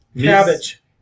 Cabbage